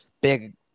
big